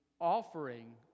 offering